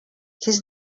his